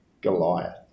Goliath